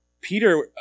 Peter